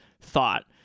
thought